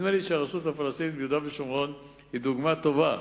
נדמה לי שהרשות הפלסטינית ביהודה ושומרון היא דוגמה טובה,